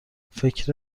فکر